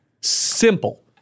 Simple